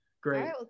great